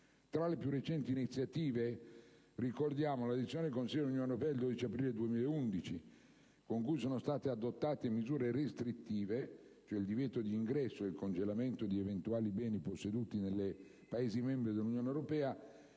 Tra le più recenti iniziative, ricordiamo la decisione del Consiglio dell'Unione europea del 12 aprile 2011 con cui sono state adottate misure restrittive (divieto di ingresso e congelamento di eventuali beni posseduti nei Paesi membri dell'Unione europea)